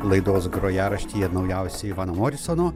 laidos grojaraštyje naujausi ivano morisono